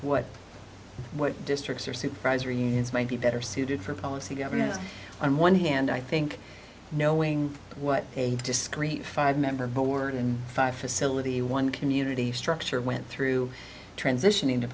what what districts or supervisory unions might be better suited for policy governance on one hand i think knowing what a discrete five member board in five facility one community structure went through transition in